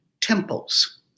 temples